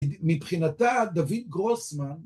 מבחינתה דוד גרוסמן